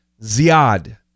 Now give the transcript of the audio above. Ziad